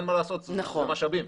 אין מה לעשות, זה משאבים.